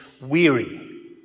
weary